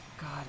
God